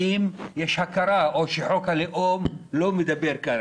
האם יש הכרה או שחוק הלאום לא מדבר כאן.